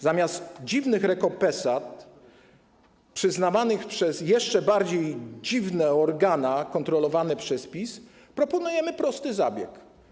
Zamiast dziwnych rekompensat przyznawanych przez jeszcze bardziej dziwne organa kontrolowane przez PiS proponujemy prosty zabieg.